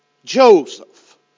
Joseph